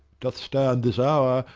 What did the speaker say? doth stand this hour,